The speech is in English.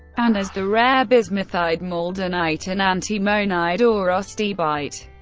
and as the rare bismuthide maldonite and antimonide ah aurostibite.